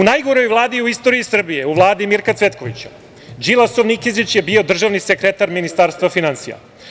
U najgoroj Vladi u istoriji Srbije, u Vladi Mirka Cvetkovića, Đilasov Nikezić je bio državni sekretar Ministarstva finansija.